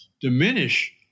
diminish